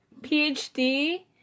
PhD